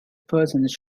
persons